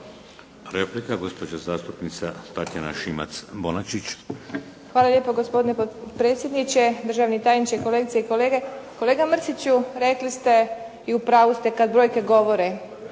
Replika gospođa zastupnica Tatjana Šimac-Bonačić. **Šimac Bonačić, Tatjana (SDP)** Hvala lijepo gospodine potpredsjedniče. Državni tajniče, kolegice i kolege. Kolega Mrsiću rekli ste i u pravu ste kada brojke govore,